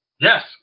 yes